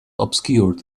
obscured